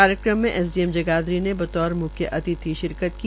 कार्यक्रम में एसडीएम जगाधरी ने बतौर म्ख्य अतिथि शिरकत की